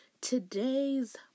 today's